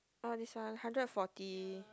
oh this one hundred forty